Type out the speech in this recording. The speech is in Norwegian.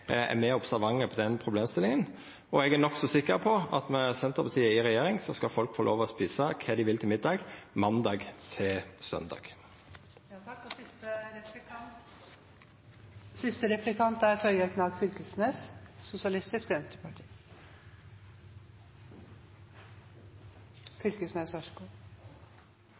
observante på den problemstillinga, og eg er nokså sikker på at med Senterpartiet i regjering skal folk få lov til å eta kva dei vil til middag, frå måndag til